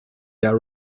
der